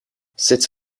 sut